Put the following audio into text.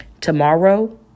Tomorrow